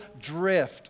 drift